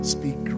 Speak